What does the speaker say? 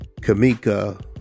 Kamika